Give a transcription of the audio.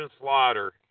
Slaughter